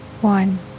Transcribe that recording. one